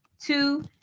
Two